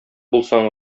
булсаң